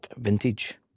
vintage